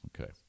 Okay